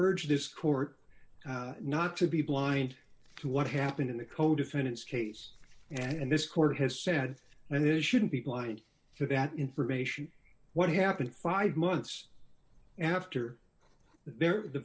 urge this court not to be blind to what happened in the co defendant's case and this court has said and it shouldn't be blind to that information what happened five months after their the